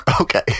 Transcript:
Okay